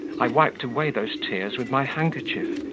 i wiped away those tears with my handkerchief,